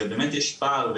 ובאמת יש פער,